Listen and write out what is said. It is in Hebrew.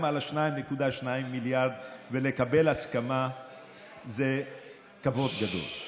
גם על ה-2.2 מיליארד, ולקבל הסכמה זה כבוד גדול.